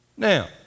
Now